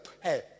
Hey